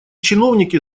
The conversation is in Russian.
чиновники